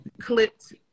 clipped